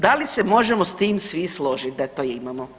Da li se možemo s tim svi složiti da to imamo?